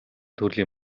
төрлийн